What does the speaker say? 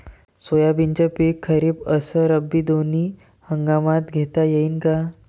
सोयाबीनचं पिक खरीप अस रब्बी दोनी हंगामात घेता येईन का?